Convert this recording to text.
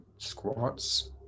squats